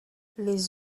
les